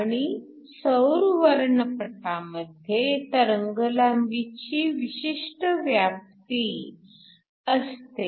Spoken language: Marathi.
आणि सौर वर्णपटामध्ये तरंगलांबीची विशिष्ट व्याप्ती पल्ला असतो